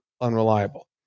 unreliable